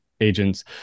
Agents